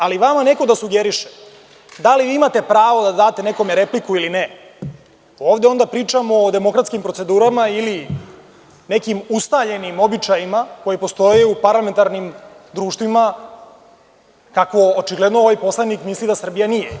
Ali, vama neko da sugeriše da li vi imate pravo da date nekome repliku ili ne, ovde onda pričamo o demokratskim procedurama ili nekim ustaljenim običajima koji postoje u parlamentarnim društvima, kako očigledno ovaj poslanik misli da Srbija nije.